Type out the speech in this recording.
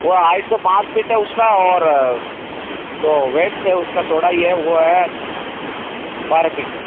वह हाइट तो पाँच फिट है उसका और जो वेड्थ है उसका चौड़ाई वह है बारह पीट